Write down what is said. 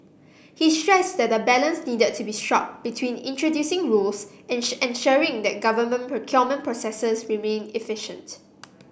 he stressed that a balance needed to be struck between introducing rules ensuring that government procurement processes remain efficient